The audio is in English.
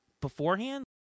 beforehand